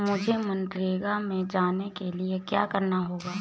मुझे मनरेगा में जाने के लिए क्या करना होगा?